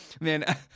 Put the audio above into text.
Man